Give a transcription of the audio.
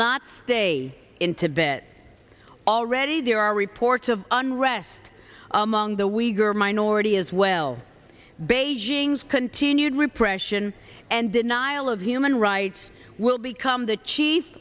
not stay in tibet already there are reports of unrest among the wee girl minority as well beijing's continued repression and denial of human rights will become the chief